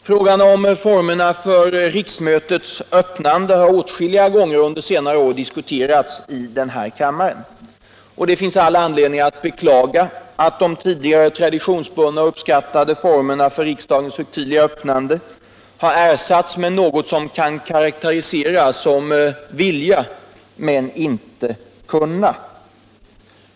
Frågan om formerna för riksmötets öppnande har åtskilliga gånger under senare år diskuterats i kammaren, och det finns all anledning att beklaga att de traditionsbundna och uppskattade tidigare formerna för riksdagens högtidliga öppnande har ersatts med något som kan karaktäriseras som ”vilja men inte kunna”.